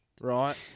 right